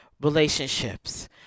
relationships